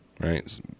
right